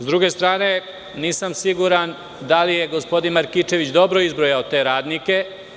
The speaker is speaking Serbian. S druge strane, nisam siguran da li je gospodin Markićević dobro izbrojao te radnike.